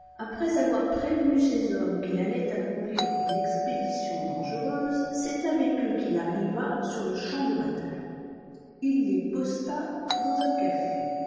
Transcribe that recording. après avoir prévenu ses hommes qu'il allait accomplir une expédition dangereuse c'est avec eux qu'il arriva sur le champ de bataille il les posta dans un café